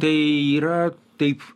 tai yra taip